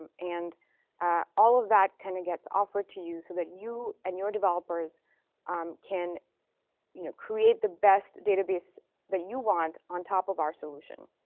and all of that kind of gets offered to you so that you and your developers um can you know create the best database that you want on top of our solution.